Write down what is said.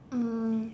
um